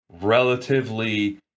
relatively